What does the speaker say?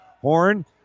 Horn